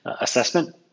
assessment